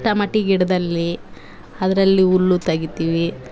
tomato ಗಿಡದಲ್ಲೀ ಅದ್ರಲ್ಲಿ ಹುಲ್ಲು ತೆಗಿತೀವಿ